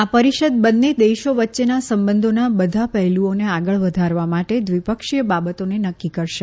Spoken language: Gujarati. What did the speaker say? આ પરિષદ બંને દેશો વચ્ચેના સંબંધોના બધા પહેલૂઓને આગળ વધારવા માટે દ્વિપક્ષીય બાબતોને નક્કી કરશે